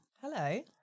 Hello